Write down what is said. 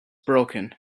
broken